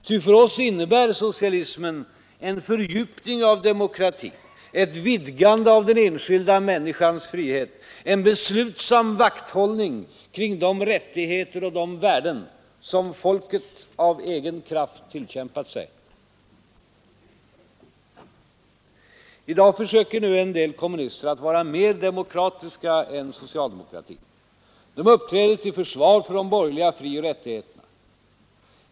Ty för oss innebär socialismen en fördjupning av demokratin, ett vidgande av den enskilda människans frihet, en beslutsam vakthållning kring de rättigheter och de värden som folket av egen kraft tillkämpat sig. I dag försöker en del kommunister att vara mer demokratiska än socialdemokratin. De uppträder till försvar för de medborgerliga frioch rättigheterna.